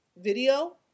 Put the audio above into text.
video –